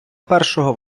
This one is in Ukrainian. першого